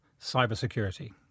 Cybersecurity